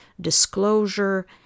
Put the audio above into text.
disclosure